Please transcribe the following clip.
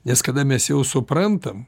nes kada mes jau suprantam